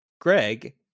Greg